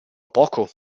poco